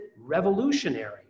revolutionary